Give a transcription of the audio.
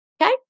Okay